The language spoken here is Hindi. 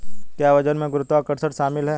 क्या वजन में गुरुत्वाकर्षण शामिल है?